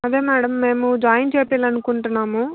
అదే మేడం మేము జాయిన్ చేయించాలనుకుంటున్నాము